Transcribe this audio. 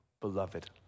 beloved